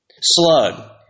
slug